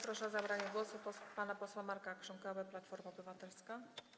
Proszę o zabranie głosu pana posła Marka Krząkałę, Platforma Obywatelska.